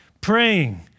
praying